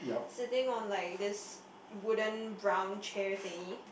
sitting on like this wooden brown chair thingy